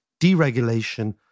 deregulation